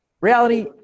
Reality